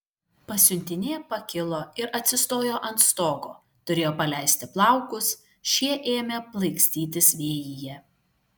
pasiuntinė pakilo ir atsistojo ant stogo turėjo paleisti plaukus šie ėmė plaikstytis vėjyje